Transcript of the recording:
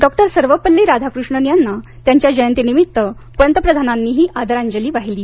डॉ सर्वपल्ली राधाकृष्णन यांना त्यांच्या जयंतीनिमित्त पंतप्रधानांनी आदरांजलीही वाहिली आहे